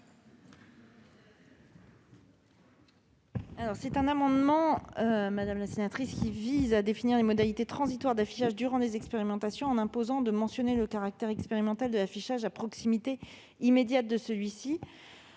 Cet amendement vise à définir les modalités transitoires d'affichage durant les expérimentations, en imposant la mention du caractère expérimental de l'affichage à proximité immédiate de celui-ci.